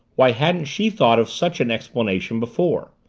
why hadn't she thought of such an explanation before?